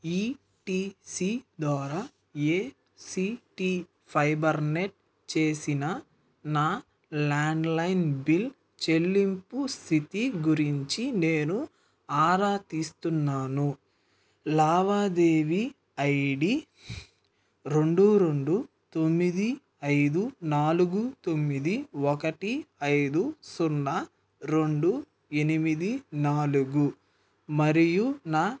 ETC ద్వారా ACT Fibernet చేసిన నా ల్యాండ్లైన్ బిల్ చెల్లింపు స్థితి గురించి నేను ఆరాతీస్తున్నాను లావాదేవీ ఐడి రెండు రెండు తొమ్మిది ఐదు నాలుగు తొమ్మిది ఒకటి ఐదు సున్నా రెండు ఎనిమిది నాలుగు మరియు నా